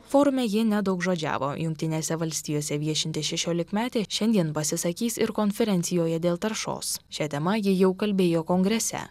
forume ji nedaugžodžiavo jungtinėse valstijose viešinti šešiolikmetė šiandien pasisakys ir konferencijoje dėl taršos šia tema ji jau kalbėjo kongrese